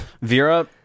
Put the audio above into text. vera